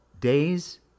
days